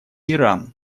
иран